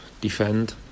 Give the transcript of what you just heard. defend